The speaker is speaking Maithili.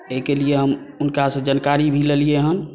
एहिके लिए हम हुनका से जानकारी भी लेलियै हन